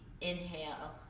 inhale